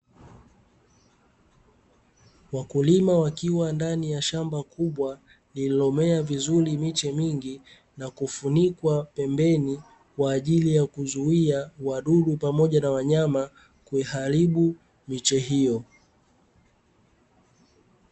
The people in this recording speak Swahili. Wakulima wakiwa ndani ya shamba kubwa lililomea vizuri miche mingi na kufunikwa pembeni kwa ajili ya kuzuia wadudu pamoja na wanyama kuiharibu miche hiyo.